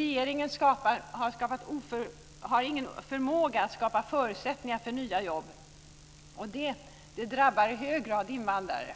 Regeringens oförmåga att skapa förutsättningar för nya jobb drabbar i hög grad invandrare.